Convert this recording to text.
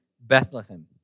Bethlehem